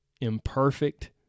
imperfect